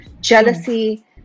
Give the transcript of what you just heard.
jealousy